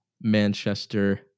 Manchester